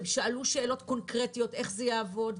הם שאלו שאלות קונקרטיות איך זה יעבוד,